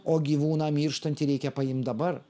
o gyvūną mirštantį reikia paimt dabar